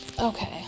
Okay